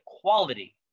quality